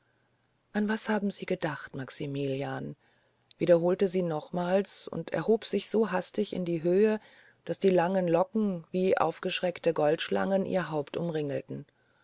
an was dachten sie eben maximilian wiederholte sie nochmals und erhob sich so hastig in die höhe daß die langen locken wie aufgeschreckte goldschlangen ihr haupt